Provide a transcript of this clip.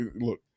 look